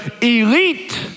elite